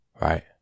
right